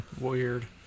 Weird